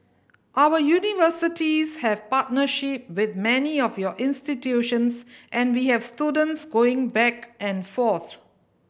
our universities have partnership with many of your institutions and we have students going back and forth